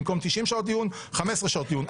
במקום 90 שעות דיון 15 שעות דיון.